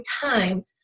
time